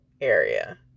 area